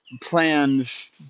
plans